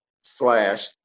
slash